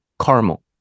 caramel